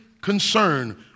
concern